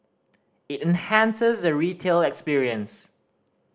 it enhances the retail experience